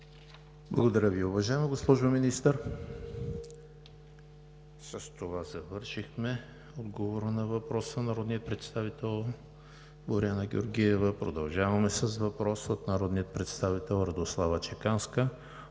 Благодаря Ви, уважаема госпожо Министър. С това завършихме отговора на въпроса на народния представител Боряна Георгиева. Продължаваме с въпрос от народния